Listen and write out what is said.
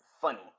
funny